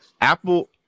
Apple